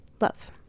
Love